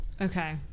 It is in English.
Okay